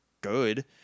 good